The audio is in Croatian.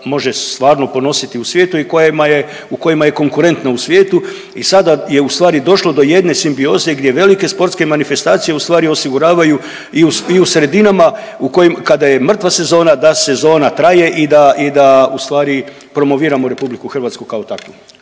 može stvarno ponositi u svijetu u kojima je konkurentna u svijetu i sada je ustvari došlo do jedne simbioze gdje velike sportske manifestacije ustvari osiguravaju i u sredinama u kojim kada je mrtva sezona, da sezona traje i da i da u stvari promoviramo RH kao takvu.